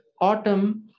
autumn